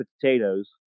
potatoes